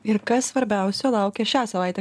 ir kas svarbiausia laukia šią savaitę